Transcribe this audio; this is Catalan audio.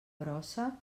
brossa